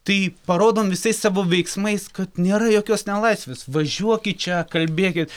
tai parodom visais savo veiksmais kad nėra jokios nelaisvės važiuokit čia kalbėkit